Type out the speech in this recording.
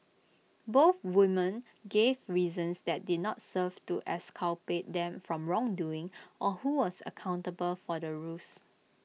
both women gave reasons that did not serve to exculpate them from wrongdoing or who was accountable for the ruse